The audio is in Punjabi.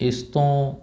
ਇਸ ਤੋਂ